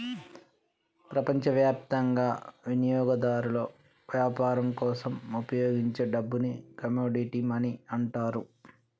ప్రపంచవ్యాప్తంగా వినియోగదారులు వ్యాపారం కోసం ఉపయోగించే డబ్బుని కమోడిటీ మనీ అంటారు